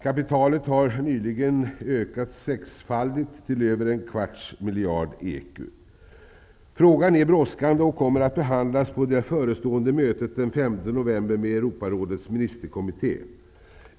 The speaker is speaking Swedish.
Kapitalet har nyligen ökats sexfaldigt till över en kvarts miljard ecu. Frågan är brådskande och kommer att behandlas på det förestående mötet den 5 november med Europarådets ministerkommitté.